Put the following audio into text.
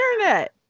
internet